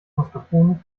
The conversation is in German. mascarpone